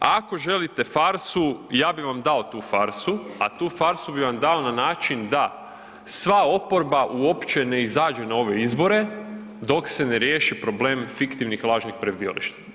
Ako želite farsu ja bi vam dao tu farsu, a tu farsu bi vam dao na način da sva oporba uopće ne izađe na ove izbore dok se ne riješi problem fiktivnih lažnih prebivališta.